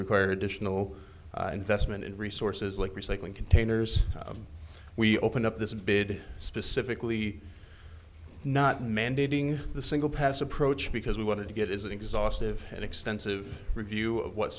require additional investment in resources like recycling containers we open up this bid specifically not mandating the single pass approach because we want to get is an exhaustive had extensive review of what